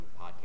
Podcast